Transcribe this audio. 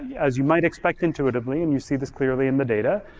as you might expect intuitively and you see this clearly in the data,